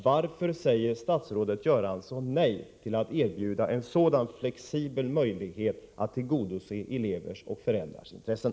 Varför säger statsrådet Göransson nej till att erbjuda en sådan flexibel möjlighet att tillgodose elevers och föräldrars intressen?